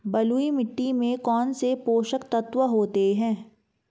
बलुई मिट्टी में कौनसे पोषक तत्व होते हैं?